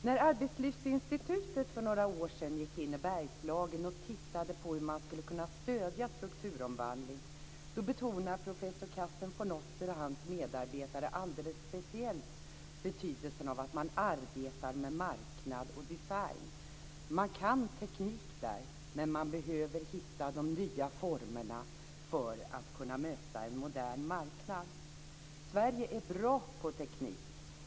När Arbetslivsinstitutet för några år sedan gick in i Bergslagen och tittade på hur man skulle kunna stödja strukturomvandling betonade professor Carsten von Otter och hans medarbetare alldeles speciellt betydelsen av att man arbetar med marknad och design. Man kan teknik där, men man behöver hitta de nya formerna för att möta en modern marknad. Sverige är bra på teknik.